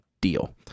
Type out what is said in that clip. deal